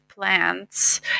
plants